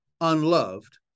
unloved